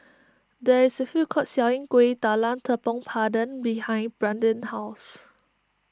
there is a food court selling Kuih Talam Tepong Pandan behind Brandin's house